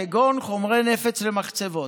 כגון חומרי נפץ למחצבות.